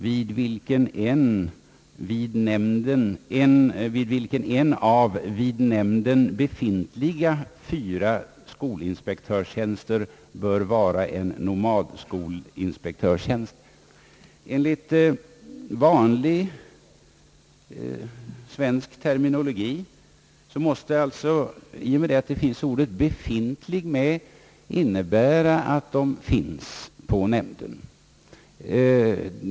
.. vid vilken en av vid nämnden befintliga fyra skolinspektörstjänster bör vara en nomadskolinspektörstjänst.» Enligt vanlig svensk terminologi måste det, i och med att ordet befintlig finns med, innebära att dessa fyra tjänster finns på nämnden.